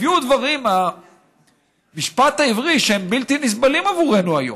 הביאו דברים מהמשפט העברי שהם בלתי נסבלים עבורנו היום.